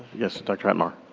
yes, dr. atmar.